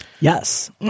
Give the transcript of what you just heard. Yes